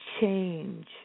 change